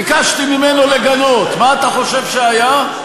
ביקשתי ממנו לגנות, מה אתה חושב שהיה?